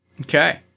Okay